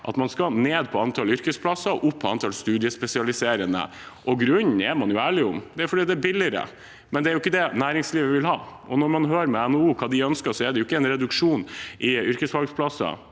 at man skal ned på antall yrkesfagplasser og opp på antall studiespesialiserende. Grunnen er man ærlig om – det er at det er billigere. Men det er jo ikke det næringslivet vil ha. Når man hører med NHO om hva de ønsker, er det jo ikke en reduksjon i antall yrkesfagplasser